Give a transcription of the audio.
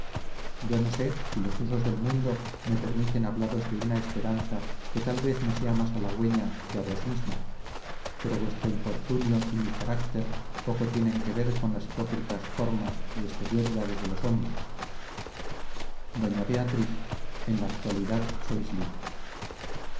yo no sé si los usos del mundo me permiten hablaros de una esperanza que tal vez me sea más halagüeña que a vos misma pero vuestro infortunio y mi carácter poco tienen que ver con las hipócritas formas y exterioridades de los hombres doña beatriz en la actualidad sois libre